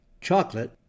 chocolate